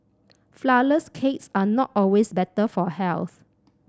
flourless cakes are not always better for health